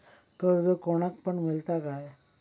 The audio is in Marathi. कर्ज कोणाक पण मेलता काय?